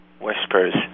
whispers